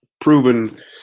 proven